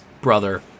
brother